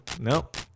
Nope